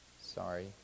sorry